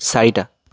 চাৰিটা